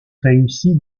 réussie